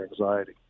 anxiety